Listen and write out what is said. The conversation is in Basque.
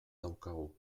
daukagu